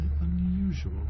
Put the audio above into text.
unusual